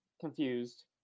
confused